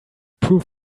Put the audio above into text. prove